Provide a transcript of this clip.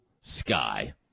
sky